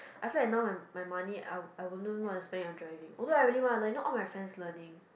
I feel like now my my money I would wouldn't want to spend on driving although I really want to learn you know all of my friends learning